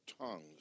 tongues